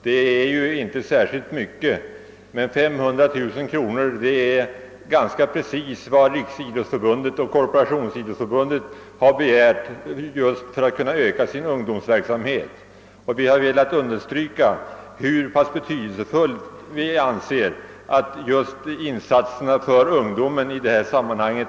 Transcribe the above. Det är ju inte fråga om särskilt mycket pengar, men 500 000 kronor motsvarar ganska precis vad Riksidrottsförbundet och Korporationsidrottsförbundet har begärt för att kunna öka sin ungdomsverksamhet, och vi har velat understryka hur pass betydelsefulla just insatserna för ungdomen är i detta sammanhang.